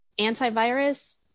Antivirus